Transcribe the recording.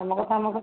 ତମ କଥା ଆମକୁ